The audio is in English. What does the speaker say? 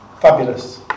Fabulous